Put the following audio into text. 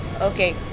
okay